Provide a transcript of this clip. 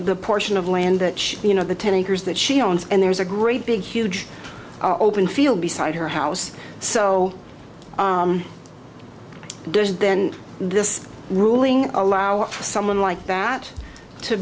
the portion of land that she you know the ten acres that she owns and there's a great big huge open field beside her house so then this ruling allowing someone like that to